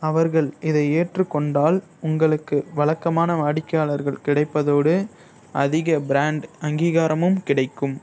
அவர்கள் இதை ஏற்றுக்கொண்டால் உங்களுக்கு வழக்கமான வாடிக்கையாளர்கள் கிடைப்பதோடு அதிக பிராண்ட் அங்கீகாரமும் கிடைக்கும்